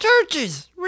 Churches